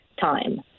time